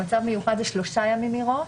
במצב מיוחד זה שלושה ימים מראש?